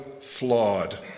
flawed